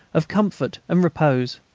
of comfort and repose.